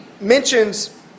mentions